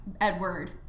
Edward